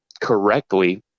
correctly